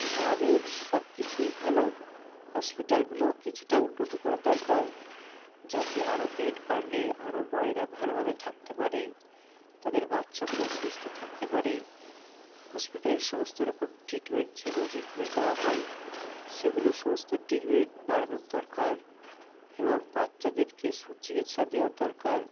গ্রামের সব কিছুই ভালো হসপিটালগুলো কিছুটা উন্নত করার দরকার যাতে আরও বেড বাড়লে আরও মায়েরা ভালোভাবে থাকতে পারে তাদের বাচ্চাগুলো সুস্থ থাকতে পারে হসপিটালের সমস্ত রকম ট্রিটমেন্ট যেগুলো যেখানে না হয় সেগুলো সমস্ত ট্রিটমেন্ট বাড়ানোর দরকার এবং বাচ্চাদেরকে সুচিকিৎসা দেওয়ার দরকার